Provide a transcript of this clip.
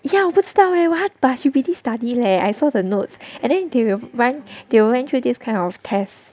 ya 我不知道 leh !huh! but she really study leh I saw the notes and then they will run they will run through this kind of test